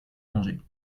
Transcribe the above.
mangé